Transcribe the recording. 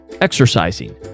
exercising